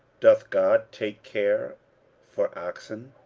doth god take care for oxen?